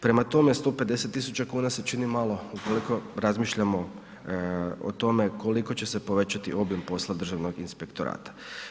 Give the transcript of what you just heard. Prema tome, 150.000 kuna se čini malo ukoliko razmišljamo o tome koliko će se povećati obim posla Državnog inspektorata.